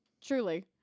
Truly